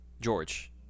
George